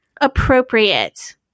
appropriate